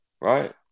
right